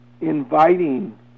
inviting